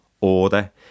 order